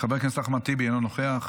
חבר הכנסת אחמד טיבי, אינו נוכח,